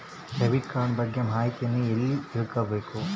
Debit card ಬಗ್ಗೆ ಮಾಹಿತಿಯನ್ನ ಎಲ್ಲಿ ತಿಳ್ಕೊಬೇಕು?